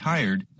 Tired